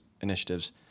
initiatives